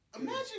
Imagine